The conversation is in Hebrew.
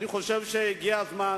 אני חושב שהגיע הזמן,